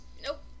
Nope